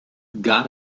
got